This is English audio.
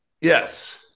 Yes